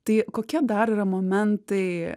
tai kokie dar yra momentai